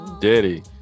Diddy